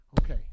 Okay